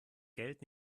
geld